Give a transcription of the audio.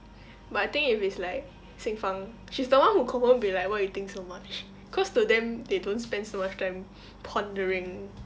but I think if it's like xin fang she's the one who confirm will be like why you think so much cause to them they don't spend so much time pondering